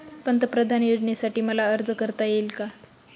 पंतप्रधान योजनेसाठी मला अर्ज करता येईल का?